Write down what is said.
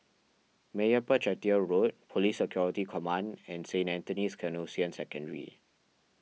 Meyappa Chettiar Road Police Security Command and Saint Anthony's Canossian Secondary